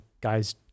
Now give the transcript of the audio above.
guys